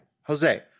Jose